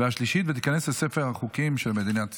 והשלישית, ותיכנס לספר החוקים של מדינת ישראל.